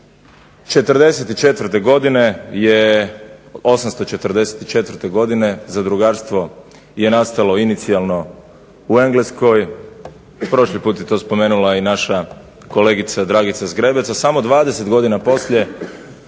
844. godine zadrugarstvo je nastalo inicijalno u Engleskoj, prošli put je to spomenula i naša kolegica Dragica Zgrebec, a samo 20 godina poslije